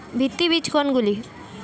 ভিত্তি বীজ কোনগুলি?